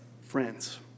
friends